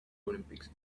olympics